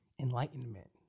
enlightenment